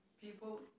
people